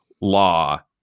law